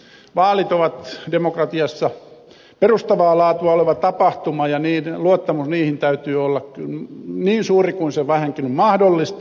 vaalit ovat demokratiassa perustavaa laatua oleva tapahtuma ja luottamuksen niihin täytyy olla niin suuri kuin on vähänkin mahdollista